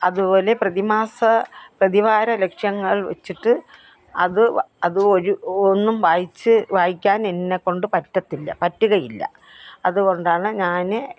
അതുപോലെ പ്രതിമാസ പ്രതിവാര ലക്ഷ്യങ്ങൾ വെച്ചിട്ട് അത് അത് ഒരു ഒന്നും വായിച്ച് വായിക്കാൻ എന്നെക്കൊണ്ട് പറ്റത്തില്ല പറ്റുകയില്ല അതുകൊണ്ടാണ് ഞാന്